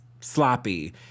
sloppy